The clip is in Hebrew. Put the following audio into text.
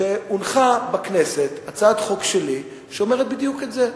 שהונחה בכנסת הצעת חוק שלי שאומרת בדיוק את זה.